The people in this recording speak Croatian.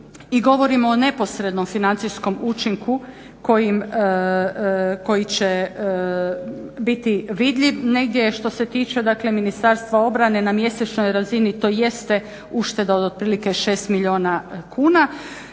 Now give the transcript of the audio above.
govorimo o neposrednom financijskom učinku koji će biti vidljiv negdje. Što se tiče Ministarstva obrane na mjesečnoj razini to jeste ušteda od otprilike 6 milijuna kuna,